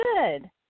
good